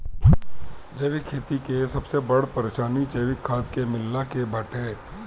जैविक खेती के सबसे बड़ परेशानी जैविक खाद के मिलला के बाटे